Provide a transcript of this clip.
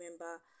remember